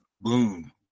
Boom